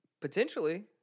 Potentially